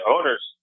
owners